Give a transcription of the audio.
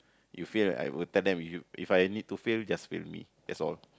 you fail I will tell them If I need to fail just fail me that's all